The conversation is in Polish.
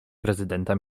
prezydenta